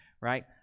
right